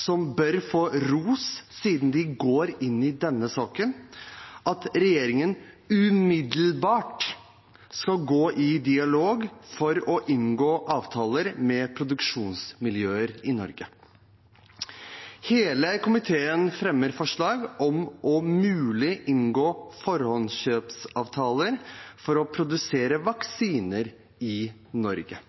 som bør få ros siden de går inn i denne saken – og av at regjeringen umiddelbart skal gå i dialog for å inngå avtaler med produksjonsmiljøer i Norge. Hele komiteen fremmer forslag om om mulig å inngå forhåndskjøpsavtaler for å produsere vaksiner i Norge.